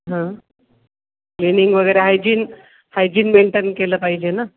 हां क्लिनिंग वगैरे hygiene hygiene maintain केलं पाहिजे ना